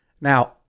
Now